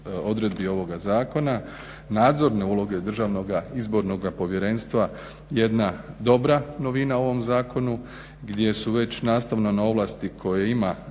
nadzorne uloge Državnoga izbornoga povjerenstva jedna dobra novina u ovom zakonu gdje su već nastavne na ove ovlasti koje ima